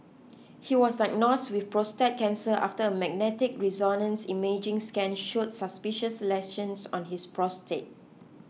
he was diagnosed with prostate cancer after a magnetic resonance imaging scan showed suspicious lesions on his prostate